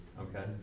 okay